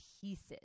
pieces